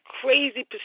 crazy